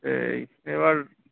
এই এবার